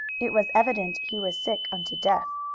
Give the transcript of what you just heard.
it was evident he was sick unto death.